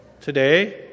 Today